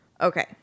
Okay